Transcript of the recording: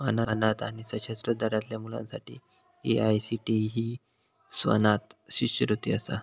अनाथ आणि सशस्त्र दलातल्या मुलांसाठी ए.आय.सी.टी.ई ही एक स्वनाथ शिष्यवृत्ती असा